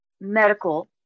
medical